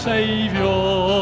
Savior